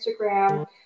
Instagram